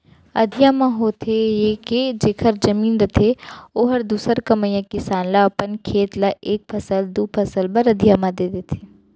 अधिया म होथे ये के जेखर जमीन रथे ओहर दूसर कमइया किसान ल अपन खेत ल एक फसल, दू फसल बर अधिया म दे देथे